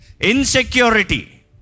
Insecurity